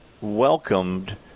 welcomed